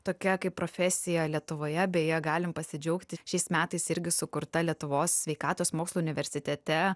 tokia kaip profesija lietuvoje beje galim pasidžiaugti šiais metais irgi sukurta lietuvos sveikatos mokslų universitete